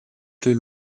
plus